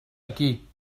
aquí